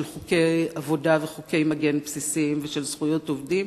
חוקי עבודה וחוקי מגן בסיסיים ושל זכויות עובדים,